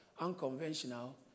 unconventional